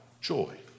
joy